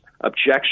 objection